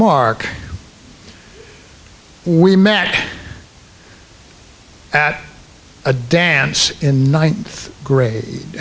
mark we met at a dance in ninth grade